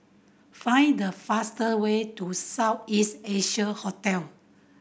find the fastest way to South East Asia Hotel